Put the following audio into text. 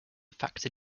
factor